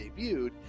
debuted